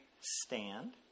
stand